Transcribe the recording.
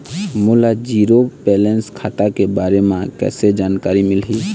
मोला zero balance खाता के बारे म कैसे जानकारी मिलही?